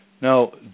Now